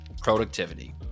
productivity